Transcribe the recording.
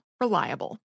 Reliable